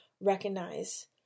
recognize